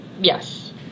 Yes